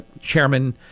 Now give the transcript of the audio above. Chairman